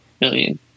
Million